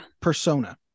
persona